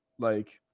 like.